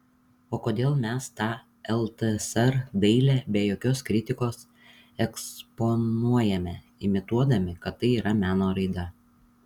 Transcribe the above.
o kodėl mes tą ltsr dailę be jokios kritikos eksponuojame imituodami kad tai yra meno raida